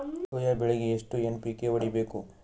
Soya ಬೆಳಿಗಿ ಎಷ್ಟು N P K ಹೊಡಿಬೇಕು?